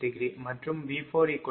36° மற்றும் V40